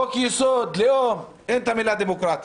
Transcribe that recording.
חוק יסוד: לאום אין את המילה דמוקרטיה.